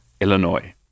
Illinois